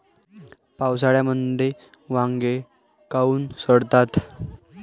पावसाळ्यामंदी वांगे काऊन सडतात?